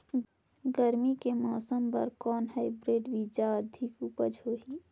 गरमी के मौसम बर कौन हाईब्रिड बीजा अधिक उपज होही?